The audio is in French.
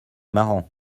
marrant